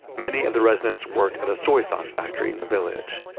many of the residents worked at a soy sauce factory in the village.